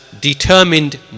Determined